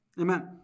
Amen